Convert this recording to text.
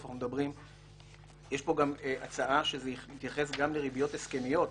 יש פה גם הצעה שזה יתייחס גם לריביות הסכמיות,